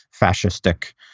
fascistic